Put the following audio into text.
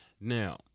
now